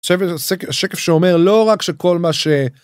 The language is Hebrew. שקף שאומר לא רק שכל מה ש.